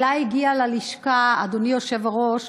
אליי הגיע ללשכה, אדוני היושב-ראש,